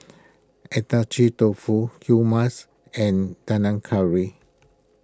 Agedashi Dofu Hummus and Panang Curry